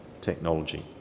technology